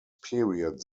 period